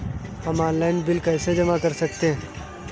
हम online bill कैसे जमा कर सकते हैं?